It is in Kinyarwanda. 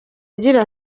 agira